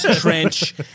trench